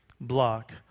block